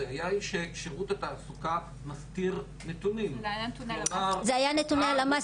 הבעיה היא ששירות התעסוקה מסתיר נתונים- -- זה היה נתוני הלמ"ס,